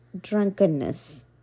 drunkenness